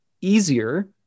easier